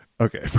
Okay